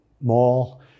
mall